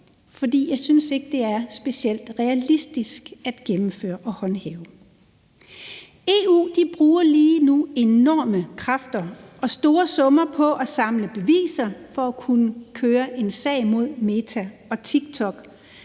For jeg synes ikke, det er specielt realistisk at gennemføre og håndhæve. EU bruger lige nu enorme kræfter og store summer på at samle beviser for at kunne køre en sag mod Meta og TikTok